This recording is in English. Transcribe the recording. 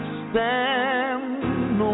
stand